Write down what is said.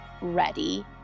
ready